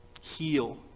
heal